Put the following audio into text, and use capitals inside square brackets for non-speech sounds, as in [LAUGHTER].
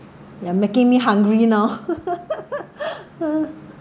you are making me hungry now [LAUGHS]